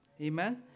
Amen